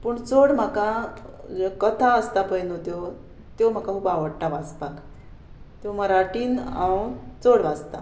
पूण चड म्हाका ज्यो कथा आसता पय न्हू त्यो त्यो म्हाका खूब आवडटा वाचपाक त्यो मराठीन हांव चड वाचतां